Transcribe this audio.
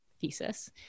thesis